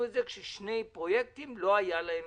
את זה כאשר לשני פרויקטים לא הייתה תוכנית.